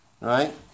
Right